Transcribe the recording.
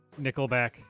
Nickelback